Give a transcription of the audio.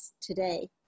today